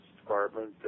Department